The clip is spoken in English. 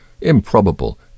improbable